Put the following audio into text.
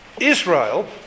Israel